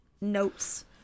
notes